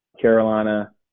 Carolina